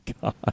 God